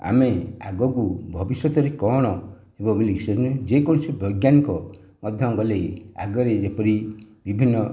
ଆମେ ଆଗକୁ ଭବିଷ୍ୟତରେ କ'ଣ ଯେକୌଣସି ବୈଜ୍ଞାନିକ ମଧ୍ୟ ଗଲେ ଆଗରେ ଯେପରି ବିଭିନ୍ନ